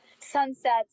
sunsets